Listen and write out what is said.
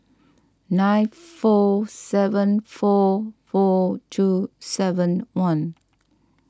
nine four seven four four two seven one